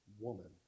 woman